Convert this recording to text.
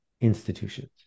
institutions